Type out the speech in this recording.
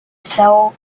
são